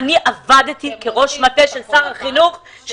עבדתי כראש מטה של שר החינוך,